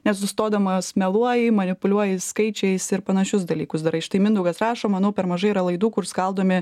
nesustodamos meluoji manipuliuoji skaičiais ir panašius dalykus darai štai mindaugas rašo manau per mažai yra laidų kur skaldomi